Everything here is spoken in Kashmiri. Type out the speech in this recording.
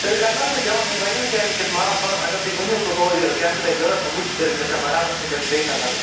تیٚلہِ کَر نا حظ بہٕ جمع مےٚ چھُ وارِیاہن جاین وُنکیٚس مال بنٛد اگر تُہۍ ؤنۍ ہیٛو تہٕ ہو یہِ کیٛاہ چھُو تۄہہِ ضروٗرت بہٕ وُچھہِ تیٚلہِ مےٚ چھا بَرابر کنہٕ مےٚ چھُ بیٚیہِ ہان اَنٕنۍ